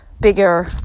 bigger